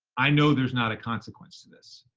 i know there's not a consequence to this.